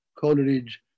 Coleridge